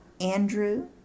Andrew